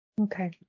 Okay